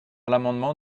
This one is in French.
l’amendement